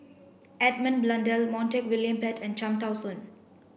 Edmund Blundell Montague William Pett and Cham Tao Soon